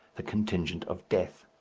the contingent of death.